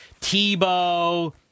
Tebow